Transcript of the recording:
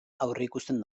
aurreikusten